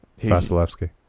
Vasilevsky